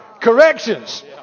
Corrections